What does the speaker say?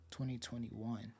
2021